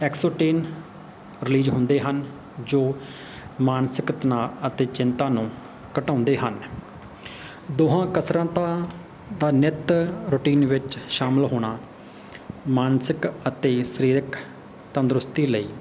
ਐਕਸਟੀਨ release ਹੁੰਦੇ ਹਨ ਜੋ ਮਾਨਸਿਕ ਤਣਾਅ ਅਤੇ ਚਿੰਤਾ ਨੂੰ ਘਟਾਉਂਦੇ ਹਨ ਦੋਹਾਂ ਕਸਰਤਾਂ ਦਾ ਨਿੱਤ ਰੂਟੀਨ ਵਿੱਚ ਸ਼ਾਮਿਲ ਹੋਣਾ ਮਾਨਸਿਕ ਅਤੇ ਸਰੀਰਕ ਤੰਦਰੁਸਤੀ ਲਈ